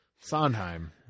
Sondheim